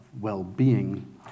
well-being